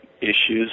issues